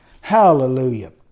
Hallelujah